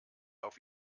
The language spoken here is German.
auf